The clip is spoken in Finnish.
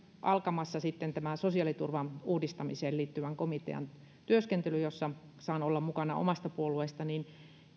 alkamassa sitten tämä sosiaaliturvan uudistamiseen liittyvän komitean työskentely jossa saan olla mukana omasta puolueestani niin